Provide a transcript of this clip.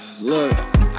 Look